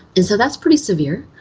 and so that's pretty severe.